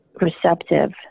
receptive